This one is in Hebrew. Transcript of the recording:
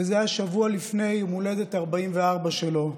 וזה היה שבוע לפני יום ההולדת ה-44 שלו,